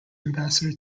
ambassador